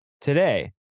Today